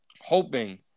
hoping